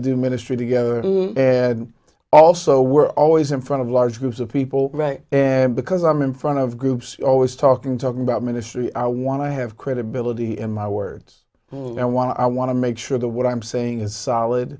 do ministry together and also we're always in front of large groups of people right and because i'm in front of groups always talking talking about ministry i want to have credibility in my words and when i want to make sure the what i'm saying is s